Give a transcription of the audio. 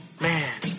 man